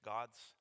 God's